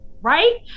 right